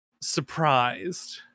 surprised